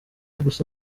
gusa